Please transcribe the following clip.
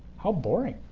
how boring.